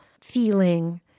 feeling